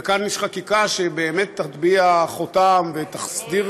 וכאן יש חקיקה שבאמת תטביע חותם ותסדיר